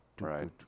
Right